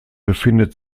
befindet